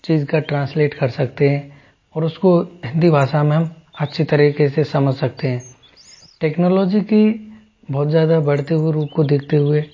चीज़ का ट्रांसलेट कर सकते हैं और उसको हिंदी भाषा में अच्छी तरीके से समझ सकते हैं टेक्नोलॉजी की बहुत ज़्यादा बढ़ते हुए रूप को देखते हुए